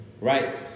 right